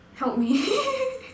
help me